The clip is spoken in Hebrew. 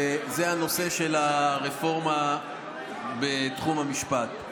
וזה הנושא של הרפורמה בתחום המשפט.